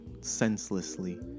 senselessly